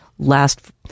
last